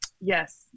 Yes